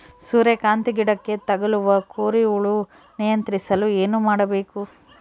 ಸೂರ್ಯಕಾಂತಿ ಗಿಡಕ್ಕೆ ತಗುಲುವ ಕೋರಿ ಹುಳು ನಿಯಂತ್ರಿಸಲು ಏನು ಮಾಡಬೇಕು?